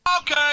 Okay